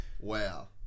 wow